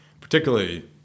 particularly